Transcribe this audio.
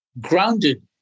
grounded